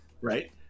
Right